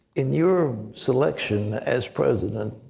in your selection as president,